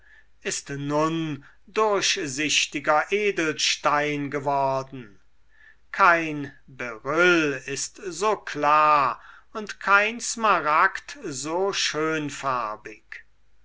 ist nun durchsichtiger edelstein geworden kein beryll ist so klar und kein smaragd so schönfarbig